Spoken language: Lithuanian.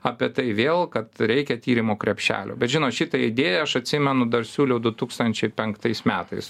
apie tai vėl kad reikia tyrimo krepšelio bet žino šitą idėją aš atsimenu dar siūliau du tūkstančiai penktais metais